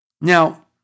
Now